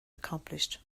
accomplished